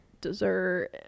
dessert